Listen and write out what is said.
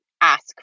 Ask